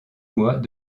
mois